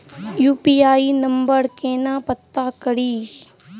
UPI number केना पत्ता कड़ी?